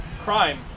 Crime